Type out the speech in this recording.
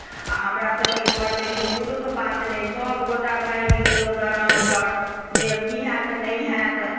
आ हमरा सभकेँ घरमे कियो पुरुष पात्र नहि सभगोटा भागि गेलहुँ दलान पर जे की होएत नहि होएत